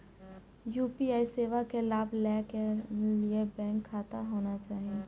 UPI सेवा के लाभ लै के लिए बैंक खाता होना चाहि?